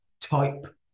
type